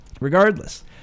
Regardless